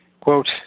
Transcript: Quote